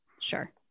Sure